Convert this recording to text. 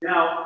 Now